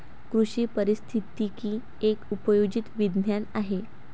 कृषी पारिस्थितिकी एक उपयोजित विज्ञान आहे